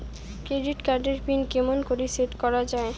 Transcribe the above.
Credit card এর pin কেমন করি সেট করা য়ায়?